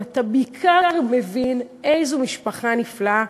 ואתה בעיקר מבין איזו משפחה נפלאה